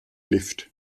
lift